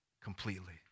Completely